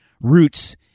roots